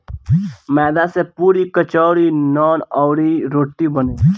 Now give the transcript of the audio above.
मैदा से पुड़ी, कचौड़ी, नान, अउरी, रोटी बनेला